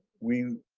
we